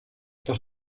doch